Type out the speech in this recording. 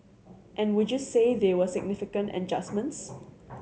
and would you say they were significant adjustments